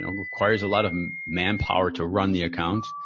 and requires a lot of manpower to run the account,